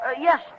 Yes